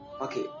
okay